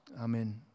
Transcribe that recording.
amen